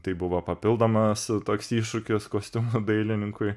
tai buvo papildomas toks iššūkis kostiumų dailininkui